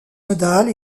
modale